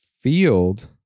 field